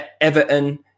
Everton